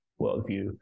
worldview